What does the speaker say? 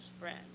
friend